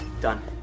Done